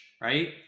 right